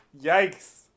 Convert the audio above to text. yikes